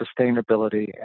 sustainability